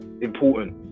important